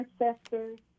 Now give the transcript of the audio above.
ancestors